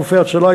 גופי הצלה,